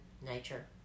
nature